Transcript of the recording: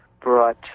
brought